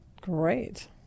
Great